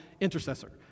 intercessor